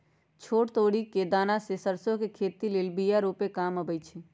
छोट तोरि कें दना से सरसो के खेती लेल बिया रूपे काम अबइ छै